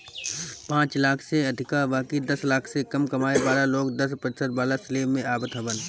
पांच लाख से अधिका बाकी दस लाख से कम कमाए वाला लोग दस प्रतिशत वाला स्लेब में आवत हवन